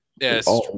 Yes